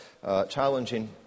challenging